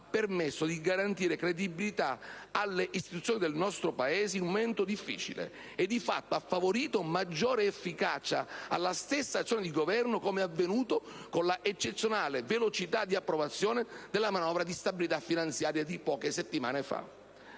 ha permesso di garantire credibilità alle istituzioni del nostro Paese in un momento difficile e, di fatto, ha favorito maggiore efficacia alla stessa azione di governo, come è avvenuto con la eccezionale velocità di approvazione della manovra di stabilità finanziaria di poche settimane fa.